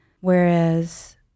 whereas